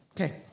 Okay